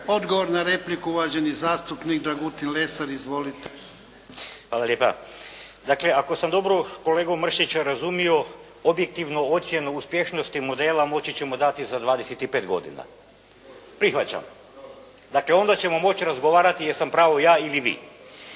Odgovor na repliku uvaženi zastupnik Dragutin Lesar. Izvolite. **Lesar, Dragutin (Nezavisni)** Hvala lijepa. Dakle, ako sam dobro kolegu Mršića razumio objektivu ocjenu uspješnosti modela moći ćemo znati za 25 godina. Prihvaćam. Dakle, onda ćemo moći razgovarati jesam li u pravu ja ili vi